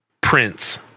Prince